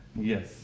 Yes